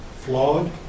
Flawed